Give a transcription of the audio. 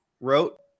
wrote